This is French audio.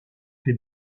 fait